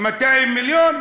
200 מיליון,